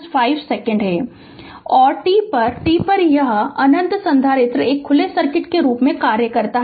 Refer Slide Time 3150 और t पर t पर ∞ संधारित्र एक खुले सर्किट के रूप में कार्य करता है